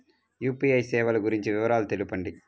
UPI సేవలు గురించి వివరాలు తెలుపండి?